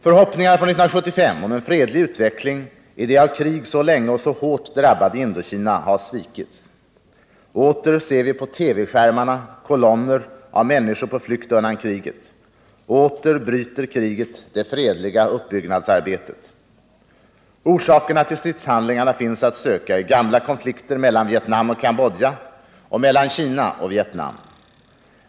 Förhoppningarna från 1975 om en fredlig utveckling i det av krig så länge och så hårt drabbade Indokina har svikits. Åter ser vi på TV-skärmarna kolonner av människor på flykt undan kriget. Åter bryter kriget det fredliga uppbyggnadsarbetet. Orsakerna till stridshandlingarna finns att söka i gamla konflikter mellan Vietnam och Cambodja och mellan Kina och Vietnam.